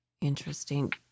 Interesting